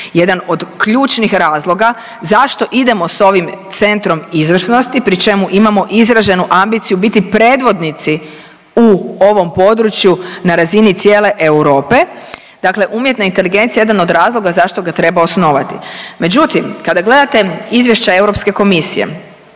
jedan od ključnih razloga zašto idemo s ovim centrom izvrsnosti pri čemu imamo izraženu ambiciju biti predvodnici u ovom području na razini cijele Europe, dakle umjetna inteligencija je jedan od razloga zašto ga treba osnovati. Međutim, kada gledate izvješća Europske komisije